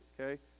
okay